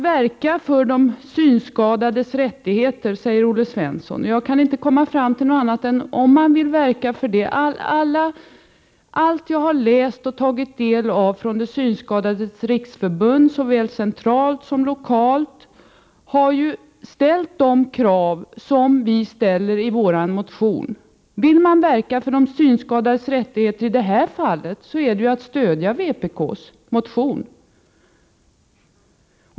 Olle Svensson talade om att verka för de synskadades rättigheter. Allt jag har läst och tagit del av från Synskadades riksförbund, såväl centralt som lokalt, har ställt de krav som vi ställer i vår motion. Vill man verka för de synskadades rättigheter i det här fallet bör man stödja vpk:s motion.